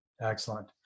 Excellent